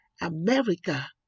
America